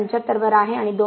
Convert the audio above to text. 75 वर आहे आणि 2